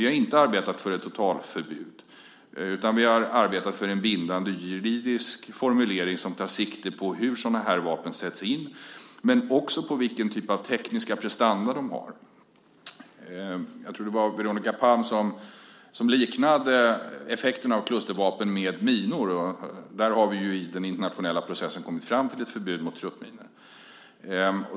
Vi har inte arbetat för ett totalförbud, utan vi har arbetat för en bindande juridisk formulering som tar sikte på hur sådana här vapen sätts in men också på vilken typ av tekniska prestanda de har. Jag tror det var Veronica Palm som liknade effekten av klustervapen vid minor. I den internationella processen har vi ju kommit fram till ett förbud mot truppminor.